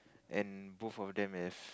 and both of them have